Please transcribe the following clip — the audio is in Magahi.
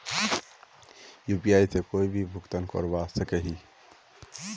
यु.पी.आई से कोई भी भुगतान करवा सकोहो ही?